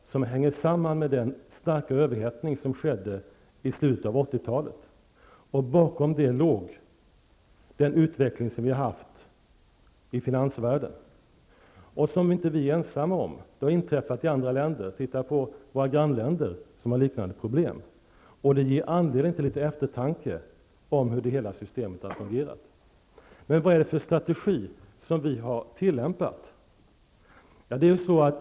De hänger samman med den starka överhettning som skedde i slutet av 80-talet. Bakom den låg den utveckling som vi har haft i finansvärlden och som vi inte är ensamma om. Den har även inträffat i andra länder. Titta på våra grannländer som har liknande problem. Det ger anledning till litet eftertanke om hur hela systemet har fungerat. Men vad är det för strategi som vi har tillämpat?